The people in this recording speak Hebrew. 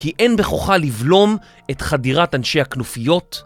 כי אין בכוחה לבלום את חדירת אנשי הכנופיות